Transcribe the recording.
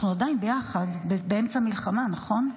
אנחנו עדיין ביחד, באמצע מלחמה, נכון?